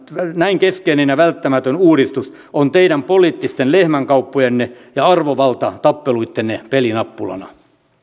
näin keskeinen ja välttämätön uudistus on teidän poliittisten lehmänkauppojenne ja arvovaltatappeluittenne pelinappulana